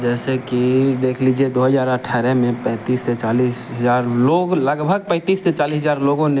जैसे कि देख लीजिए दो हजार अठारह में पैंतीस से चालीस हजार लोग लगभग पैंतीस से चालीस हजार लोगों ने